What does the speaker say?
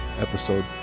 episode